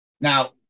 Now